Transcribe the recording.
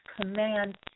command